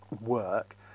work